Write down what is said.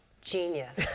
genius